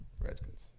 Redskins